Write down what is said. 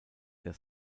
der